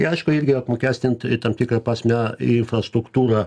i aišku irgi apmokestint tam tikra prasme infrastruktūrą